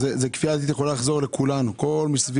כל הסעיף